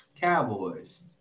Cowboys